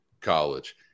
college